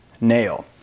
nail